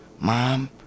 Mom